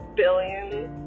billions